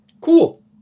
Cool